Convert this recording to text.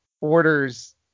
orders